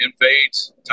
invades